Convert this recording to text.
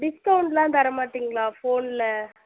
டிஸ்கவுண்டெலாம் தரமாட்டீங்களா ஃபோனில்